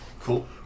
Cool